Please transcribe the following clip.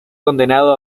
condenado